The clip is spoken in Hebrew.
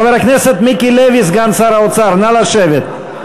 חבר הכנסת מיקי לוי, סגן שר האוצר, נא לשבת.